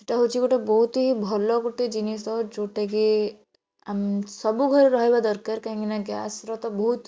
ସେଇଟା ହେଉଛି ଗୋଟେ ବହୁତ ଭଲ ଗୋଟେ ଜିନିଷ ଯେଉଁଟାକି ଆମ ସବୁ ଘରେ ରହିବା ଦରକାର କାହିଁକି ନା ଗ୍ୟାସ୍ର ତ ବହୁତ